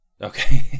okay